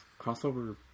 Crossover